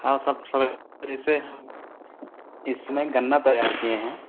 हाँ सब सर कैसे हैं इस समय गन्ना तैयार किये हैं